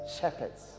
shepherds